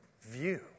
view